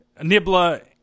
Nibla